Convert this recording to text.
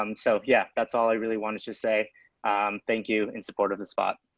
um so yeah, that's all i really wanted to say thank you. in support of the spot.